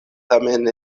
tamen